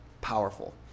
powerful